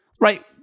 Right